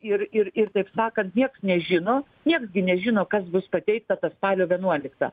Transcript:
ir ir ir taip sakant nieks nežino nieks gi nežino kas bus pateiktas tą spalio vienuoliktą